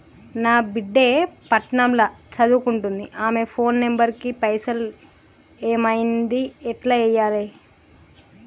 నా బిడ్డే పట్నం ల సదువుకుంటుంది ఆమె ఫోన్ నంబర్ కి పైసల్ ఎయ్యమన్నది ఎట్ల ఎయ్యాలి?